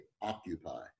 occupy